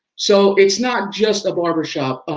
so it's not just a barbershop.